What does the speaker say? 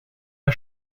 pas